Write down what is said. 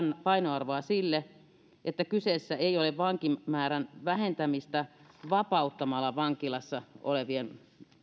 painoarvoa sille että kyseessä ei ole vankimäärän vähentäminen vapauttamalla vankilassa olevien